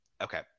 Okay